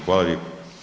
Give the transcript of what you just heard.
Hvala lijepo.